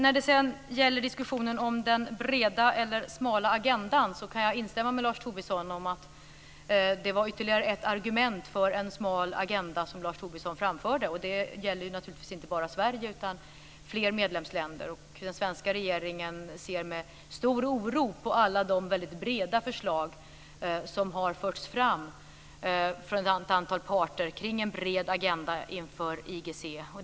När det sedan gäller diskussionen om den breda eller smala agendan kan jag instämma med Lars Tobisson att det var ytterligare ett argument för en smal agenda som Lars Tobisson framförde. Det gäller naturligtvis inte bara Sverige utan fler medlemsländer. Den svenska regeringen ser med stor oro på alla de väldigt breda förslag som har förts fram från ett antal parter kring en bred agenda inför IGC.